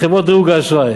מחברות דירוג האשראי.